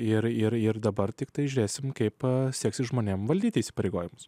ir ir ir dabar tiktai žiūrėsime kaip seksis žmonėms valdyti įsipareigojimus